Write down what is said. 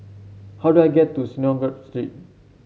how do I get to Synagogue Street